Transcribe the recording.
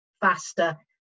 faster